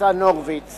ניצן הורוביץ